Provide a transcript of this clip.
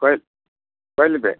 कहिले कहिले भेट्